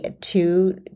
two